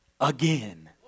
again